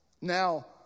now